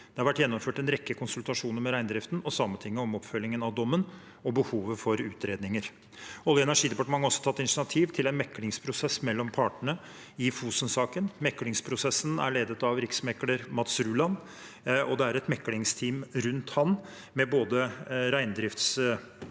Det har vært gjennomført en rekke konsultasjoner med reindriften og Sametinget om oppfølgingen av dommen og behovet for utredninger. Olje- og energidepartementet har også tatt initiativ til en meklingsprosess mellom partene i Fosen-saken. Meklingsprosessen er ledet av riksmekler Mats Ruland, og det er et meklingsteam rundt ham med både samejuridisk